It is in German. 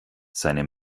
seine